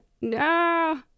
no